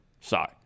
Sorry